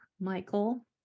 Michael